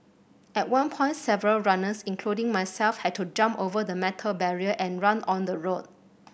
at one point several runners including myself had to jump over the metal barrier and run on the road